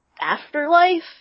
afterlife